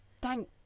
thank